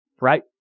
right